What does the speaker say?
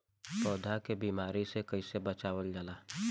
पौधा के बीमारी से कइसे बचावल जा?